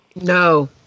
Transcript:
No